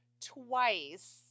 twice